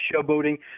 showboating